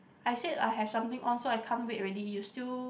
I said I have something on so I can't wait already you still